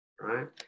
right